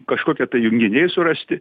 kažkokie tai junginiai surasti